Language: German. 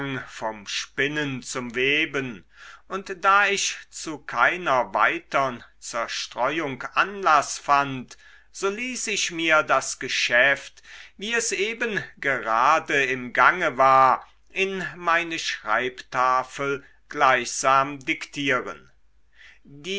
vom spinnen zum weben und da ich zu keiner weitern zerstreuung anlaß fand so ließ ich mir das geschäft wie es eben gerade im gange war in meine schreibtafel gleichsam diktieren